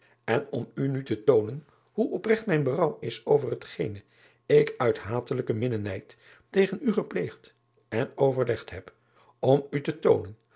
n om u nu te toonen hoe opregt mijn berouw is over hetgene ik uit hatelijken minnenijd tegen u gepleegd en overlegd heb om u te toonen